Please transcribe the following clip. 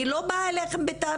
אני לא באה אליכם בטענות.